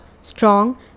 strong